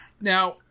Now